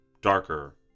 darker